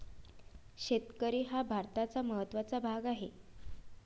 शेतकरी हा भारताचा महत्त्वाचा भाग आहे